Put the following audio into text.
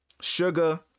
Sugar